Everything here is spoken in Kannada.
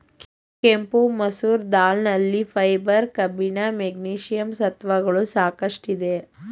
ಕೆಂಪು ಮಸೂರ್ ದಾಲ್ ನಲ್ಲಿ ಫೈಬರ್, ಕಬ್ಬಿಣ, ಮೆಗ್ನೀಷಿಯಂ ಸತ್ವಗಳು ಸಾಕಷ್ಟಿದೆ